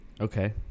Okay